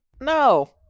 No